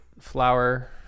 flower